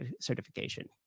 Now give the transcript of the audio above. certification